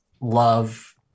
love